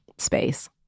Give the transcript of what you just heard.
space